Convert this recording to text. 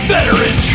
Veteran